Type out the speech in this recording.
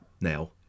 now